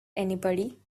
anybody